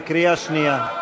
בקריאה שנייה.